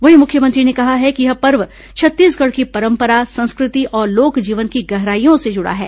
वहीं मुख्यमंत्री ने कहा है कि यह पर्व छत्तीसगढ़ की परंपरा संस्कृति और लोक जीवन की गहराइयों से जुड़ा है